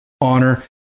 honor